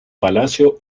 palacio